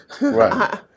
Right